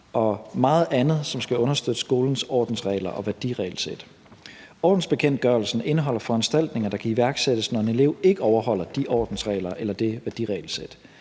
og meget andet, som skal understøtte skolens ordensregler og værdiregelsæt. Ordensbekendtgørelsen indeholder foranstaltninger, der kan iværksættes, når en elev ikke overholder de ordensregler eller det værdiregelsæt.